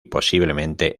posiblemente